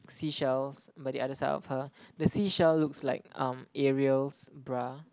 seashells by the other side of her the seashell looks like um Ariel's bra